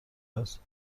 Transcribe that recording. است